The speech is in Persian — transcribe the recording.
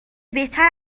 بهتر